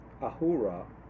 ahura